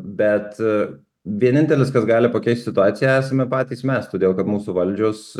bet vienintelis kas gali pakeist situaciją esame patys mes todėl kad mūsų valdžios